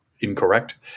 incorrect